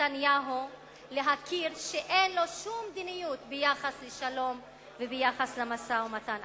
נתניהו להכיר בכך שאין לו שום מדיניות ביחס לשלום וביחס למשא-ומתן.